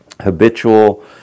habitual